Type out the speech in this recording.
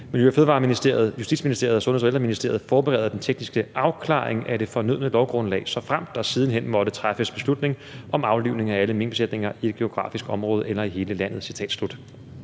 Miljø- og Fødevareministeriet, Justitsministeriet og Sundheds- og Ældreministeriet forbereder den tekniske afklaring af det fornødne lovgrundlag, såfremt der siden hen måtte træffes beslutning om aflivning af alle minkbesætninger i et geografisk område eller i hele landet.